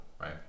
right